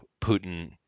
Putin